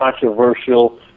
controversial